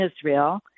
Israel